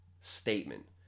statement